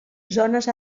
zones